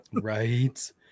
Right